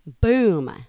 boom